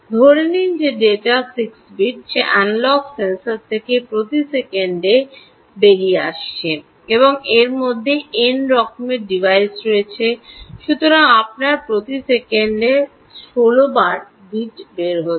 ধরে নিন যে ডেটা 16 বিট যা অ্যানালগ সেন্সর থেকে প্রতি সেকেন্ডে ডানদিকে বেরিয়ে আসছে এবং এর মধ্যে এন এরকম ডিভাইস রয়েছে সুতরাং আপনার প্রতি সেকেন্ডে 16 বার বিট বের হচ্ছে